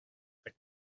that